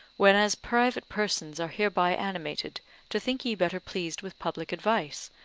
whenas private persons are hereby animated to think ye better pleased with public advice,